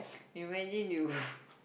imagine you